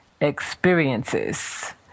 experiences